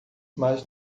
mas